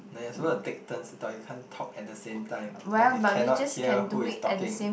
no you are suppose to take turns to talk you can't talk at the same time if not they cannot hear who is talking